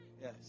Yes